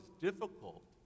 difficult